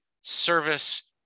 service